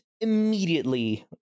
immediately